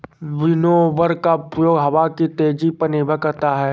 winnower का प्रयोग हवा की तेजी पर निर्भर करता है